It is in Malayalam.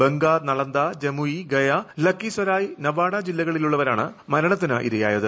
ബംങ്ക നളന്ദ ജമുയി ഗയാ ലക്കിസരായ് നവാഡ് ജില്ലകളിലുള്ളവരാണ് മരണത്തിനിരയായത്